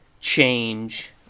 change